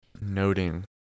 noting